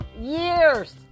years